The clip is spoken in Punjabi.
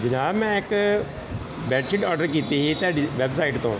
ਜਨਾਬ ਮੈਂ ਇੱਕ ਬੈਡਸ਼ੀਟ ਆਡਰ ਕੀਤੀ ਸੀ ਤੁਹਾਡੀ ਵੈੱਬਸਾਈਟ ਤੋਂ